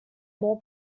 more